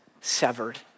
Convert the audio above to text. severed